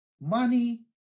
Money